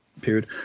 period